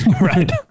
Right